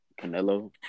Canelo